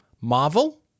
Marvel